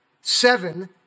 seven